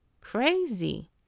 crazy